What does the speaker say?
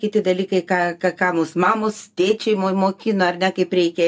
kiti dalykai ką ką ką mūs mamos tėčiai mo mokino ar ne kaip reikia